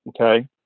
Okay